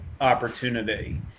opportunity